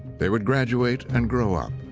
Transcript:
they would graduate and grow up.